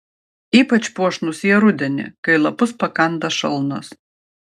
ypač puošnūs jie rudenį kai lapus pakanda šalnos